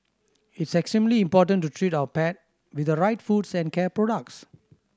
it's extremely important to treat our pet with the right foods and care products